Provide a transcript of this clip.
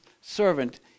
servant